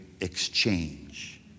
exchange